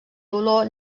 dolor